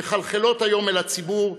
מחלחלות היום אל הציבור,